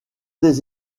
des